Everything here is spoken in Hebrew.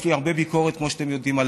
יש לי הרבה ביקורת עליו, כמו שאתם יודעים,